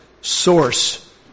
source